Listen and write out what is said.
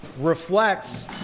reflects